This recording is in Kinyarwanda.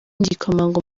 kuryamana